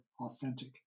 authentic